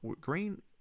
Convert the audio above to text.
green